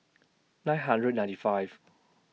nine hundred ninety five